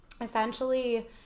Essentially